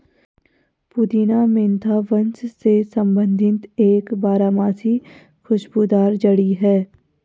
पुदीना मेंथा वंश से संबंधित एक बारहमासी खुशबूदार जड़ी है